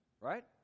Right